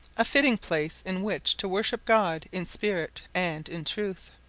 a fitting place in which to worship god in spirit and in truth.